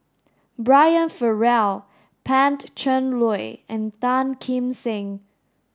Brian Farrell Pan Cheng Lui and Tan Kim Seng